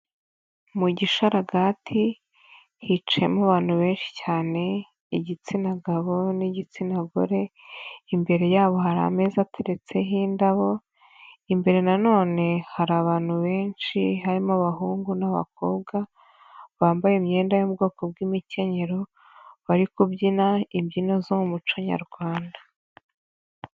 Mu gishararaga hicayemo abantu benshi cyane igitsina gabo n'igitsina gore, imbere yabo hari ameza ateretse h'indabo, imbere nanone hari abantu benshi harimo abahungu n'abakobwa bambaye imyenda yo mu bwoko bw'imikenyero, bari kubyina imbyino zo mu muco nyarwanda.